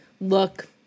look